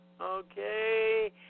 Okay